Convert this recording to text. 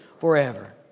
forever